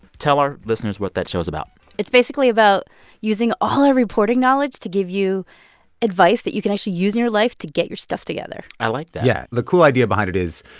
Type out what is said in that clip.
tell our listeners what that show is about it's basically about using all our reporting knowledge to give you advice that you can actually use in your life to get your stuff together i like that yeah, the cool idea behind it is,